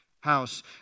House